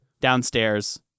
Downstairs